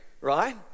right